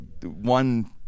one